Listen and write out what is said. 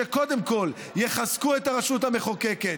שקודם כול יחזקו את הרשות המחוקקת,